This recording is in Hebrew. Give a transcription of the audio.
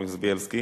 חבר הכנסת בילסקי,